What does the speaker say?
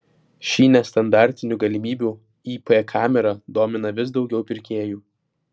šį nestandartinių galimybių ip kamera domina vis daugiau pirkėjų